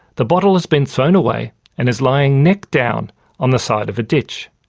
the bottle has been thrown away and is lying neck down on the side of a ditch.